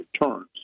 returns